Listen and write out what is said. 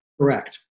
Correct